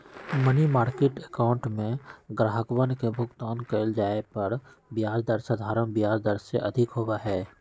money market account में ग्राहकवन के भुगतान कइल जाये पर ब्याज दर साधारण ब्याज दर से अधिक होबा हई